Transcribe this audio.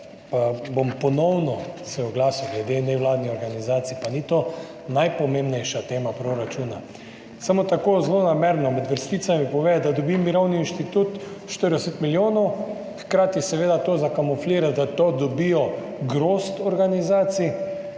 bom ponovno oglasil glede nevladnih organizacij, pa ni to najpomembnejša tema proračuna. Samo tako zlonamerno med vrsticami povedati, da dobi Mirovni inštitut 40 milijonov, hkrati seveda to zakamuflira, da to dobi grozd organizacij.